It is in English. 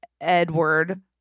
Edward